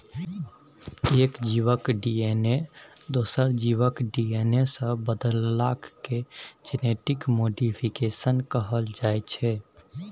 एक जीबक डी.एन.ए दोसर जीबक डी.एन.ए सँ बदलला केँ जेनेटिक मोडीफिकेशन कहल जाइ छै